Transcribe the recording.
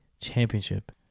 championship